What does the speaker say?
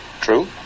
True